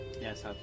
Yes